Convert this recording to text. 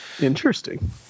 Interesting